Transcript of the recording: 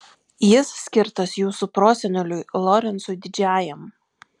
jis skirtas jūsų proseneliui lorencui didžiajam